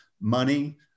money